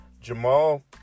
Jamal